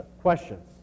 questions